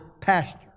pasture